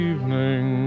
Evening